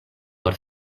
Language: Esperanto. por